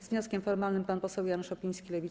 Z wnioskiem formalnym pan poseł Jan Szopiński, Lewica.